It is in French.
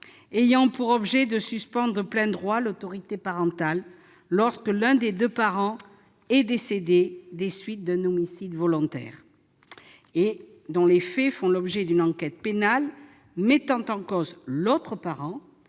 ayant pour objet de suspendre de plein droit l'autorité parentale lorsque l'un des deux parents est décédé des suites d'un homicide volontaire et dont les faits font l'objet d'une enquête pénale mettant en cause l'autre parent,